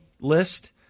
list